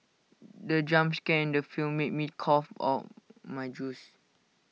the jump scare in the film made me cough out my juice